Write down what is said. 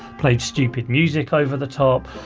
played stupid music over the top,